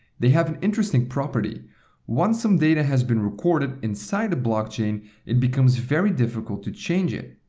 they have an interesting property once some data has been recorded inside a blockchain, it becomes very difficult to change it.